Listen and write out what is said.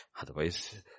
Otherwise